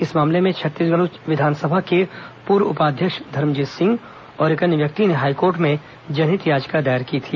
इस मामले में छत्तीसगढ़ विधानसभा के पूर्व उपाध्यक्ष धर्मजीत सिंह और एक अन्य व्यक्ति ने हाईकोर्ट में जनहित याचिका दायर की थी